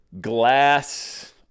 glass